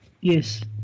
Yes